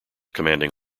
commanding